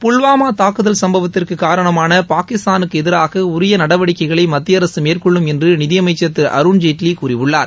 புல்வாமா தாக்குதல் சம்பவத்திற்கு காரணமான பாகிஸ்தானுக்கு எதிராக உரிய நடவடிக்கைகளை மத்திய அரசு மேற்கொள்ளும் என்று நிதியமைச்சர் திரு அருண் ஜேட்வி கூறியுள்ளார்